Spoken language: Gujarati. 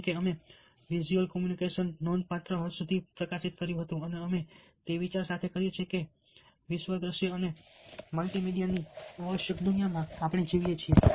જેમકે અમે વિઝ્યુઅલ કોમ્યુનિકેશન નોંધપાત્ર હદ સુધી પ્રકાશિત કર્યું છે અને અમે તે વિચાર સાથે કર્યું છે કે અમે વિશ્વદ્રશ્ય અને મલ્ટીમીડિયાની આવશ્યક દુનિયામાં જીવીએ છીએ